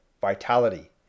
vitality